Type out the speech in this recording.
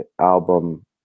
album